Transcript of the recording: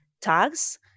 tags